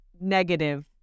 negative